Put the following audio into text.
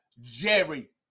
Jerry